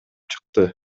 чыкты